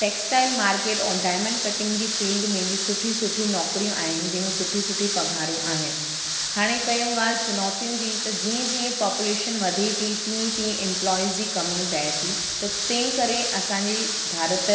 textile market और diamond cutting जी field में बि सुठी सुठी नौकिरियूं आहिनि जंहिंमें सुठी सुठी पघारियूं आहिनि हाणे कयूं ॻाल्हि चुनौतियुनि जी त जीअं जीअं पॉपुलेशन वधे थी तीअं तीअं इम्पलॉयस जी कमी पए थी त तंहिं करे असांजी भारत